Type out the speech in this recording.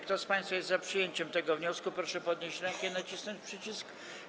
Kto z państwa jest za przyjęciem tego wniosku, proszę podnieść rękę i nacisnąć przycisk.